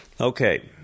Okay